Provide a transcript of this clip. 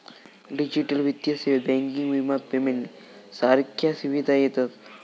digital वित्तीय सेवेत banking, विमा, पेमेंट सारख्या सुविधा येतत